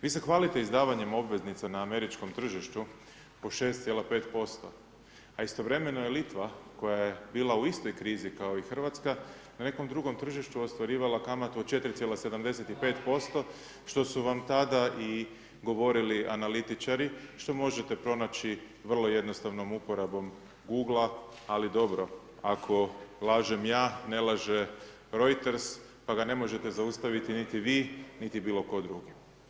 Vi se hvalite izdavanjem obveznica na američkom tržištu po 6,5% a istovremeno je Litva koja je bila u istoj krizi kao i Hrvatska, na nekom drugom tržištu ostvarila kamatnu od 4,75% što su vam tada i govorili analitičari što možete pronaći vrlo jednostavnom uporabom Google-a ali dobro, ako lažem ja, Reuters pa da ne možete zaustaviti niti vi niti bilo tko drugi.